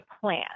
plan